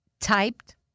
typed